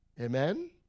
Amen